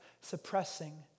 suppressing